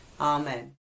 Amen